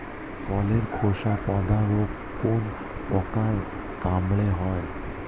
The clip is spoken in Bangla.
ফলের খোসা পচা রোগ কোন পোকার কামড়ে হয়?